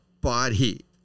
body